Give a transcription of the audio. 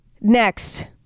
Next